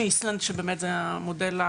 שאנחנו לא יודעים הכול.